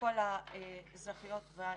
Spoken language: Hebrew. לכל האזרחיות והאזרחים.